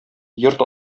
йорт